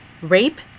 Rape